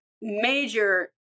major